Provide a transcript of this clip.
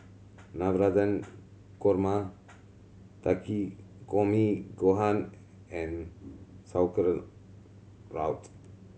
Navratan Korma Takikomi Gohan and Sauerkraut